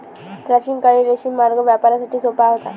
प्राचीन काळी रेशीम मार्ग व्यापारासाठी सोपा होता